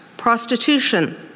prostitution